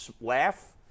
laugh